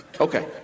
Okay